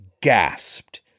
gasped